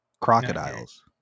Crocodiles